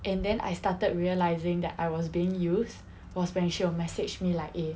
and then I started realising that I was being used for message me like eh